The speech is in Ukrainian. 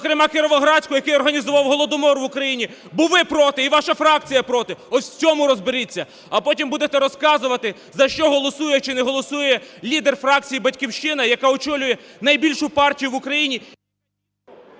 зокрема Кіровоградську, який організував Голодомор в Україні, бо ви проти і ваша фракція проти. Ось в цьому розберіться, а потім будете розказувати, за що голосує чи не голосує лідер фракції "Батьківщина", яка очолює найбільшу партію в Україні…